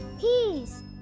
Peas